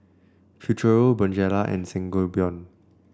Futuro Bonjela and Sangobion